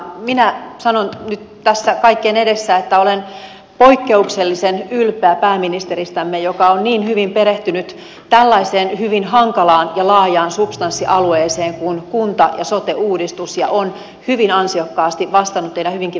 minä sanon nyt tässä kaikkien edessä että olen poikkeuksellisen ylpeä pääministeristämme joka on niin hyvin perehtynyt tällaiseen hyvin hankalaan ja laajaan substanssialueeseen kuin kunta ja sote uudistus ja on hyvin ansiokkaasti vastannut teidän hyvinkin vaikeisiin kysymyksiinne